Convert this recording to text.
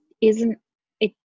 isn't—it